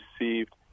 received